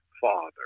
Father